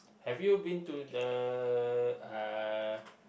have you been to the uh